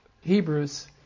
hebrews